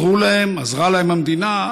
עזרו להם, עזרה להם המדינה.